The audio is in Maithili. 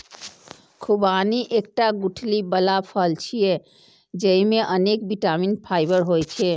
खुबानी एकटा गुठली बला फल छियै, जेइमे अनेक बिटामिन आ फाइबर होइ छै